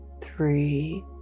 three